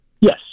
Yes